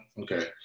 Okay